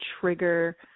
trigger